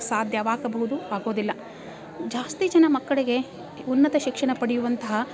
ಸಾಧ್ಯವಾಗಬಹುದು ಆಗೋದಿಲ್ಲ ಜಾಸ್ತಿ ಜನ ಮಕ್ಕಳಿಗೆ ಉನ್ನತ ಶಿಕ್ಷಣ ಪಡೆಯುವಂತಹ